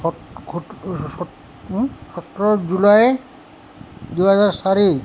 সোতৰ জুলাই দুহেজাৰ চাৰি